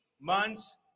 months